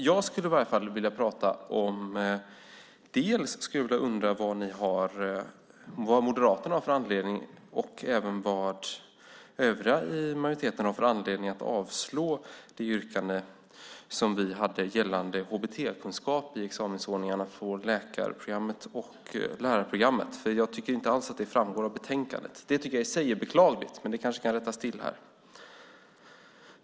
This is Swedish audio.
Jag undrar vad Moderaterna och även övriga i majoriteten har för anledning att avstyrka det yrkande som vi hade gällande HBT-kunskap i examensordningarna på läkarprogrammet och lärarprogrammet. Jag tycker inte alls att det framgår av betänkandet. Det tycker jag i sig är beklagligt, men det kanske kan rättas till här.